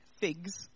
figs